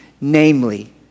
namely